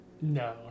No